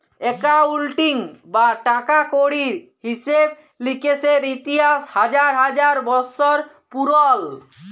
accounting বা টাকা কড়ির হিসেব লিকেসের ইতিহাস হাজার হাজার বসর পুরল